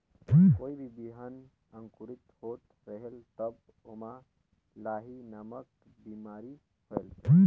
कोई भी बिहान अंकुरित होत रेहेल तब ओमा लाही नामक बिमारी होयल?